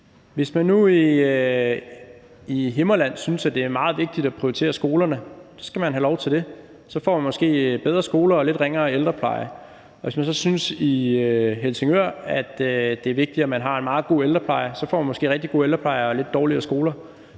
Hvis man nu i Himmerland synes, at det er meget vigtigt at prioritere skolerne, skal man have lov til det. Så får man måske bedre skoler og lidt ringere ældrepleje. Og hvis man så i Helsingør synes, at det er vigtigt, at man har en meget god ældrepleje, får man måske rigtig god ældrepleje og lidt dårligere skoler,